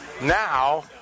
Now